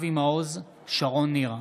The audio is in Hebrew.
אבי מעוז, שרון ניר,